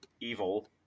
evil